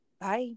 bye